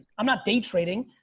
i'm not day trading,